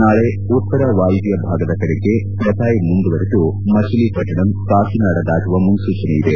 ನಾಳೆ ಉತ್ತರ ವಾಯುವ್ಯ ಭಾಗದ ಕಡೆಗೆ ಫೆಥಾಯ್ ಮುಂದುವರಿದು ಮಚಲಿಪಟ್ಟಣಂ ಕಾಕಿನಾಡ ದಾಟುವ ಮುನ್ನೂಚನೆ ಇದೆ